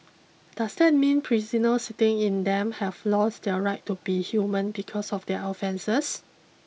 does that mean the prisoners sitting in them have lost their right to be human because of their offences